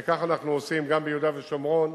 וכך אנחנו עושים גם ביהודה ושומרון,